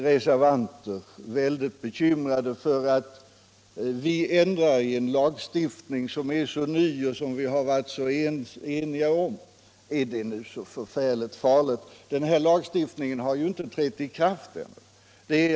Reservanterna är bekymrade för att vi ändrar i en lagstiftning som är så ny och som man tidigare varit överens om. Men är det så farligt? Lagstiftningen har inte trätt i kraft än.